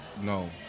No